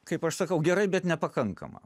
kaip aš sakau gerai bet nepakankama